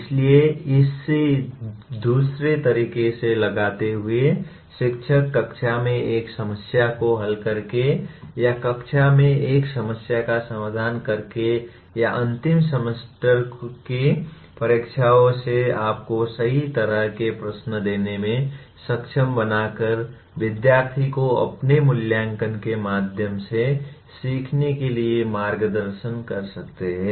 इसलिए इसे दूसरे तरीके से लगाते हुए शिक्षक कक्षा में एक समस्या को हल करके या कक्षा में एक समस्या का समाधान करके या अंतिम सेमेस्टर की परीक्षाओं में आपको सही तरह के प्रश्न देने में सक्षम बनाकर विद्यार्थी को अपने मूल्यांकन के माध्यम से सीखने के लिए मार्गदर्शन कर सकते हैं